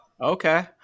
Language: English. Okay